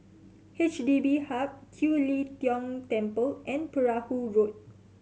H D B Hub Kiew Lee Tong Temple and Perahu Road